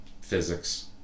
physics